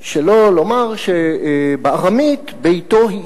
שלא לומר שבארמית ביתו הוא אשתו,